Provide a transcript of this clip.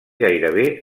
gairebé